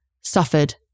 suffered